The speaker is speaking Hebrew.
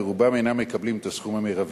ורובם אינם מקבלים את הסכום המרבי.